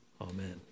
amen